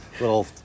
little